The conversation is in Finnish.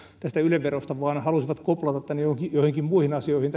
tästä yle verosta vaan halusivat koplata tämän tässä ylen rahoituksessa joihinkin muihin asioihin